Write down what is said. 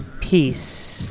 Peace